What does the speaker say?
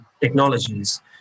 technologies